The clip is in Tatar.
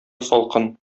салкын